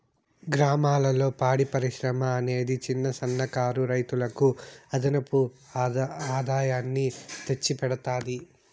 గ్రామాలలో పాడి పరిశ్రమ అనేది చిన్న, సన్న కారు రైతులకు అదనపు ఆదాయాన్ని తెచ్చి పెడతాది